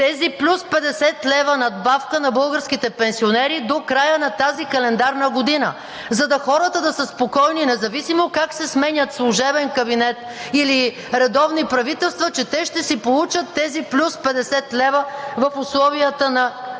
тези плюс 50 лв. надбавка на българските пенсионери до края на тази календарна година, за да са спокойни хората, независимо как се сменят служебен кабинет или редовни правителства, че те ще си получат тези плюс 50 лв. в условията на